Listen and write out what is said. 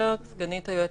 היועץ המשפטי,